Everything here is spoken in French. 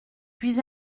puis